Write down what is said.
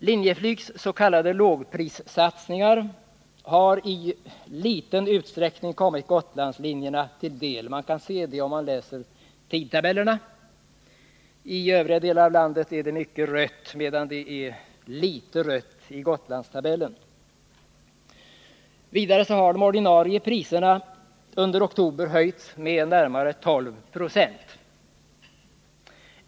Linjeflygs s.k. lågprissatsningar har i liten utsträckning kommit Gotlandslinjerna till del. Man kan se det, om man läser tidtabellerna. I tabellerna för övriga delar av landet är det mycket rött, medan det är litet rött i Gotlandstabellen. Vidare har de ordinarie priserna under oktober höjts med närmare 12 96.